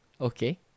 Okay